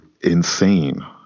insane